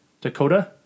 Dakota